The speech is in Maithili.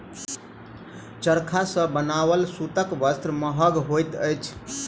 चरखा सॅ बनाओल सूतक वस्त्र महग होइत अछि